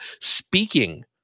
speaking